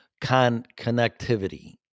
Connectivity